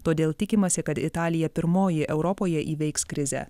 todėl tikimasi kad italija pirmoji europoje įveiks krizę